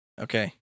Okay